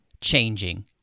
changing